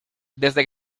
desde